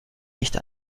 nicht